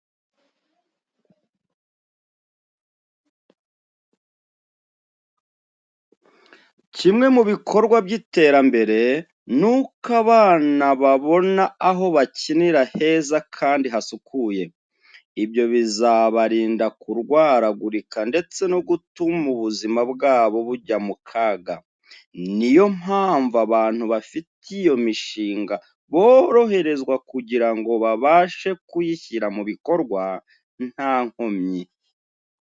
Kimwe mu ibikorwa by'iterambere, nuko abana babona aho bakinira heza kandi hasukuye. Ibyo bizabarinda kurwaragurika ndetse no gutuma ubuzima bwabo bujya mu kaga. Ni yo mpamvu abantu bafite iyo mishinga boroherezwa kugira ngo babashe kuyishyira mu bikorwa nta nkomyi.